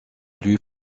plus